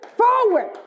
forward